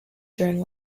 during